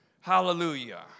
Hallelujah